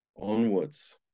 onwards